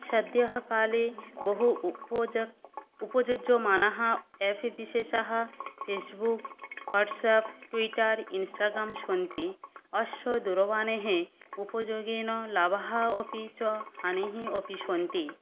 सद्यः काले बहु उपोजक् उपयुज्यमानाः एप् विशेषाः फ़ेश्बुक् वाट्सेप् ट्वीटर् इंस्टाग्राम् सन्ति अस्याः दूरवाण्याः उपयोगेन लाभः अपि च हानिः अपि सन्ति